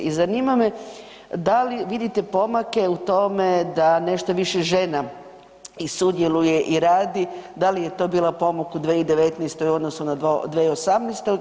I zanima me da li vidite pomake u tome da nešto više žena i sudjeluje i radi da li je to bila pomak u 2019. u odnosu na 2018.